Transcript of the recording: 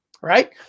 right